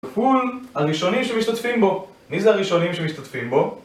כפול הראשונים שמשתתפים בו מי זה הראשונים שמשתתפים בו?